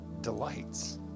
delights